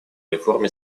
реформе